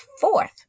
fourth